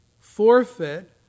forfeit